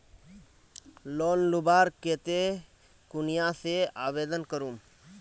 Loan लुबार केते कुनियाँ से आवेदन करूम?